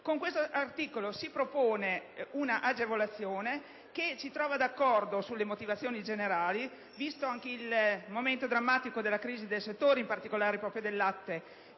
Con questo articolo si propone un'agevolazione che ci trova d'accordo nelle sue motivazioni generali, visto il momento drammatico della crisi del settore (in particolare proprio di quello